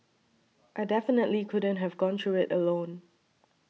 I definitely couldn't have gone through it alone